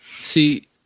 See